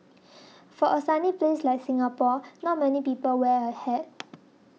for a sunny place like Singapore not many people wear a hat